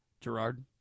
Gerard